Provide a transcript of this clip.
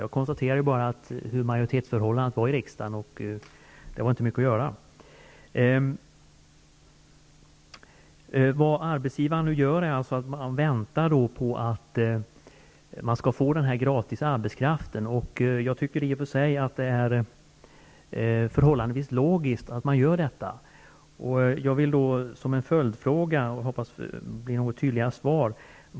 Jag konstaterade bara hurdant majoritetsförhållandet var i riksdagen och att det inte fanns mycket att göra. Vad arbetsgivarna nu gör är att vänta på att man skall få den här gratis arbetskraften. Jag tycker i och för sig att det är förhållandevis logiskt att arbetsgivarna gör detta. Jag vill med anledning av detta ställa en följdfråga till arbetsmarknadsministern, och jag hoppas att jag nu får ett något tydligare svar.